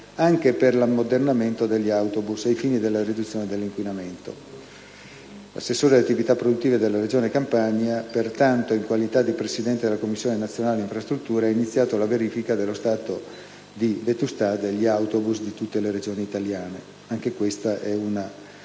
anche per l'ammodernamento degli autobus ai fini della riduzione dell'inquinamento. L'assessore alle attività produttive della Regione Campania, pertanto, in qualità di presidente della Commissione nazionale infrastrutture, ha iniziato la verifica dello stato di vetustà degli autobus di tutte le Regioni italiane. Anche questa è una